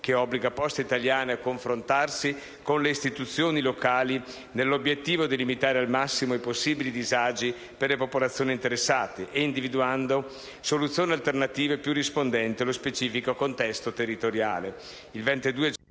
che obbliga Poste italiane a confrontarsi con le istituzioni locali con l'obiettivo di limitare al massimo i possibili disagi per le popolazioni interessate, individuando soluzioni alternative più rispondenti allo specifico contesto territoriale. Il 22 gennaio